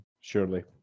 surely